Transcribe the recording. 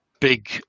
big